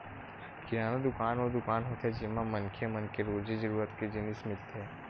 किराना दुकान वो दुकान होथे जेमा मनखे मन के रोजे जरूरत के जिनिस मिलथे